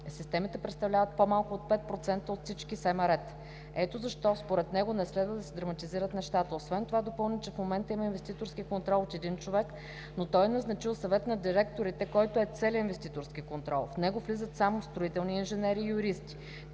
Системите представляват по-малко от 5% от всички строително-монтажни дейности. Ето защо според него не следва да се драматизират нещата. Освен това допълни, че в момента има инвеститорски контрол от един човек, но той е назначил Съвет на директорите, който е целият инвеститорски контрол. В него влизат само строителни инженери и юристи.